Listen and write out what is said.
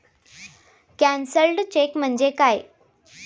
Cancelled cheque म्हणजे काय?